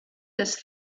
des